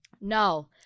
No